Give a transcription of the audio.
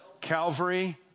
calvary